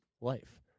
life